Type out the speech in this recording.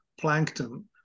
plankton